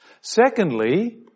Secondly